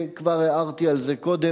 וכבר הערתי על זה קודם,